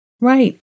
Right